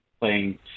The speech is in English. playing